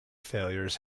failures